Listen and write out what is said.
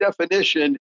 definition